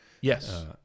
Yes